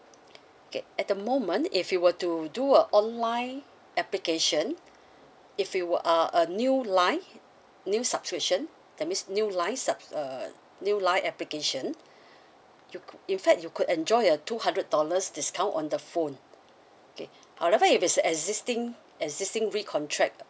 okay at the moment if you were to do a online application if you are a new line new subscription that means new lines subs~ uh new line application you could in fact you could enjoy a two hundred dollars discount on the phone okay however if it's existing existing re-contract